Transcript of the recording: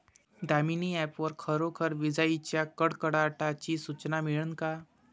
Damini app वर खरोखर विजाइच्या कडकडाटाची सूचना मिळन का?